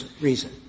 reason